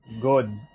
good